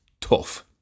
tough